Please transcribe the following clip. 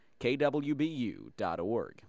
kwbu.org